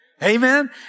Amen